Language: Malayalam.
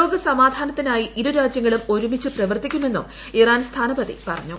ലോകസമാധാനത്തിനായി ഇരു രാജൃങ്ങളും ഒരുമിച്ച് പ്രവർത്തിക്കുമെന്നും ഇറാൻ സ്ഥാനപതി പറഞ്ഞു